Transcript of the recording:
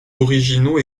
originaux